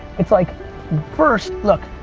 it's like first, look,